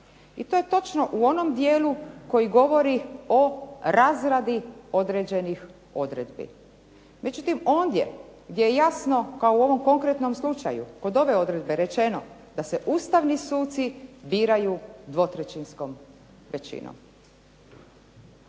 I to je točno o onom dijelu koji govori o razradi određenih odredbi. Međutim, ondje gdje je jasno kao u ovom konkretnom slučaju, kod ove odredbe rečeno da se ustavni suci biraju 2/3 većinom.